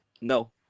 No